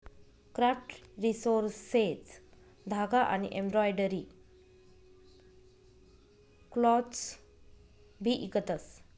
craft resources धागा आनी embroidery floss भी इकतस